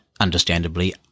understandably